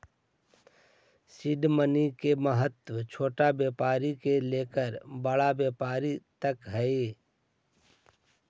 seed money के महत्व छोटा व्यापार से लेकर बड़ा व्यापार तक हई